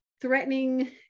threatening